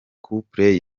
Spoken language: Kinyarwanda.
couple